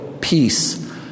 peace